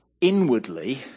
inwardly